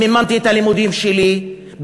מימנתי את הלימודים שלי,